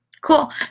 Cool